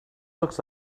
looks